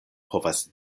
povas